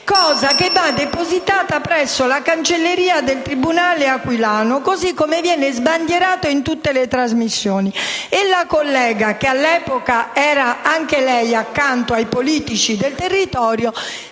che va fatto presso la cancelleria del tribunale aquilano, come viene sbandierato in tutte le trasmissioni. La collega, all'epoca anche lei accanto ai politici del territorio,